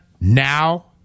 Now